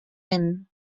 nimmen